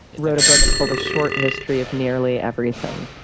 wrote a book called a short history of nearly everything,